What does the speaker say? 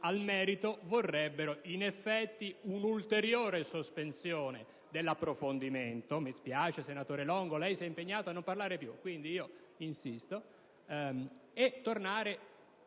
al merito vorrebbero in effetti un'ulteriore sospensione di approfondimento - mi